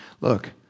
Look